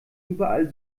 überall